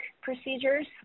procedures